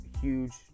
huge